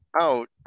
out